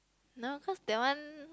no cause that one